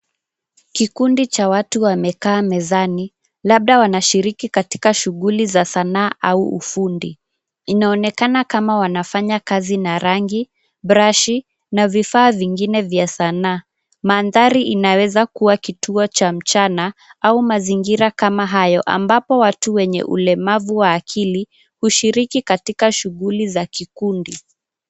Kikundi cha watu wamekaa mezani, labda wanashiriki katika shughuli za sanaa au ufundi. Inaonekana kama wanafanya kazi na rangi, brush na vifaa vingine vya sanaa. Mandhari inaweza kuwa kituo cha mchana au mazingira kama hayo ambapo watu wenye ulemavu wa akili hushiriki katika shughuli za kikundi.